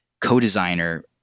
co-designer